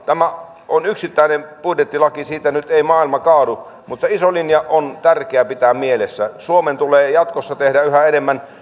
tämä on yksittäinen budjettilaki siitä nyt ei maailma kaadu mutta se iso linja on tärkeää pitää mielessä suomen tulee jatkossa tehdä yhä enemmän